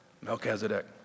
Melchizedek